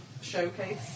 showcase